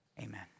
amen